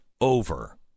over